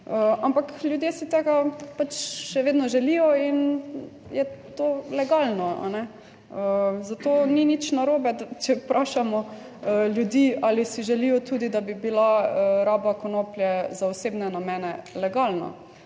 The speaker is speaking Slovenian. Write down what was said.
ampak ljudje si tega pač še vedno želijo in je to legalno, a ne. Zato ni nič narobe, če vprašamo ljudi ali si želijo tudi, da bi bila raba konoplje za osebne namene legalna,